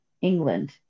England